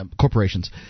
Corporations